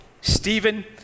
Stephen